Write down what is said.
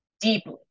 deeply